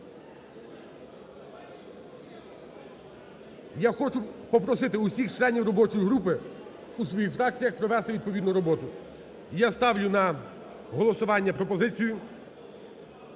Я хочу попросити усіх членів робочої групи у своїх фракціях провести відповідну роботу. І я ставлю на голосування пропозицію